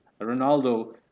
Ronaldo